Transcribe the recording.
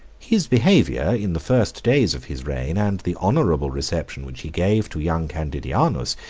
his behavior, in the first days of his reign, and the honorable reception which he gave to young candidianus,